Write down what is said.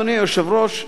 אדוני היושב-ראש,